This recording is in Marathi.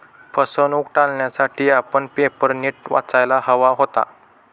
फसवणूक टाळण्यासाठी आपण पेपर नीट वाचायला हवा होता